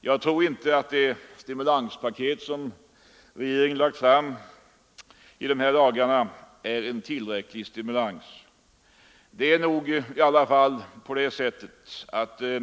Jag tror inte att det stimulanspaket som regeringen lagt fram i de här dagarna är en tillräcklig stimulans.